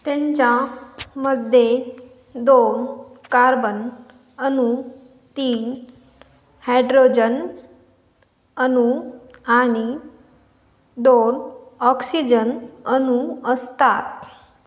त्यांच्या मध्ये दोन कार्बन अणू तीन हॅड्रोजन अणू आणि दोन ऑक्सिजन अणू असतात